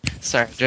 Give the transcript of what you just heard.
Sorry